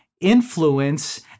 influence